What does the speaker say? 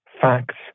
facts